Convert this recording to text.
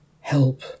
help